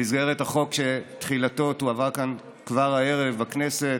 במסגרת החוק, שתחילתו תועבר כאן כבר הערב בכנסת,